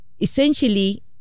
essentially